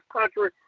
country